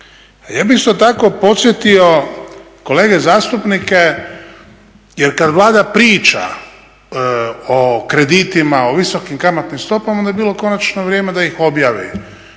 Ja bih isto tako podsjetio kolege zastupnike jer kad Vlada priča o kreditima, o visokim kamatnim stopama onda bi bilo konačno vrijeme da ih objavi